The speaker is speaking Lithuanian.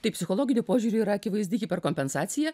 taip psichologiniu požiūriu yra akivaizdi hiperkompensacija